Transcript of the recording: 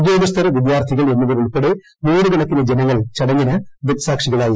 ഉദ്യോഗസ്ഥർ വിദ്യാർത്ഥികൾ എന്നിവരുൾപ്പെടെ നൂറുകണക്കിന് ജനങ്ങൾ ചടങ്ങിന് ദൃക്സാക്ഷികളായി